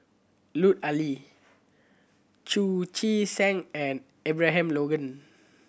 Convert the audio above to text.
Lut Ali Chu Chee Seng and Abraham Logan